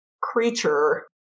creature